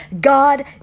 God